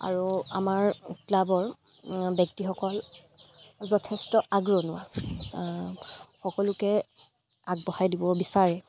আৰু আমাৰ ক্লাবৰ ব্যক্তিসকল যথেষ্ট আগৰণুৱা সকলোকে আগবঢ়াই দিব বিচাৰে